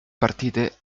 partite